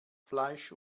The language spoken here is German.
fleisch